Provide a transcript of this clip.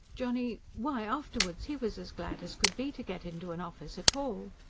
johnny why, afterwards he was as glad as could be to get into an office at all.